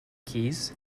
keys